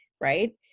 right